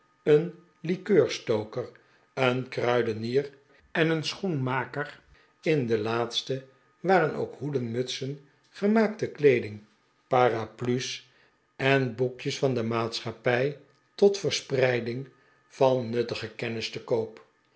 een likeurstoker een kruidenier en een schoenmaker in den laatsten waren ook hoeden mutsen gemaakte kleeding paraplu's en boekjes van de maatschappij tot verspreiding van nuttige kennis te koop